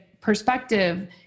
perspective